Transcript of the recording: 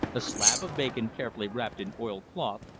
a slab of bacon carefully wrapped in oiled cloth,